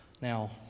Now